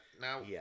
Now